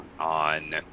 on